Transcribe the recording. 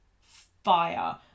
fire